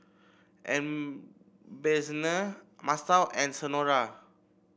Ebenezer Masao and Senora